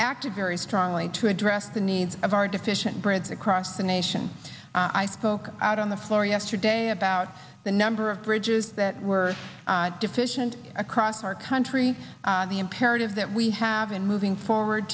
acted very strongly to address the needs of our deficient bridges across the nation i spoke out on the floor yesterday about the number of bridges that were deficient across our country the imperative that we have in moving forward